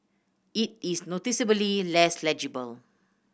it is noticeably less legible